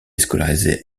scolarisé